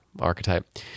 archetype